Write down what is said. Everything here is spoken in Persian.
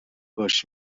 باشیم